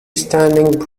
standing